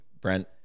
Brent